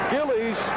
Gillies